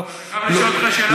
אני יכול לשאול אותך שאלה?